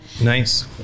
Nice